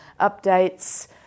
updates